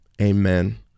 Amen